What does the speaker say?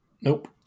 Nope